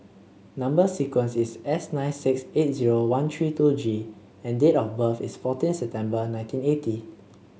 number sequence is S nine six eight zero one three two G and date of birth is fourteen September nineteen eighty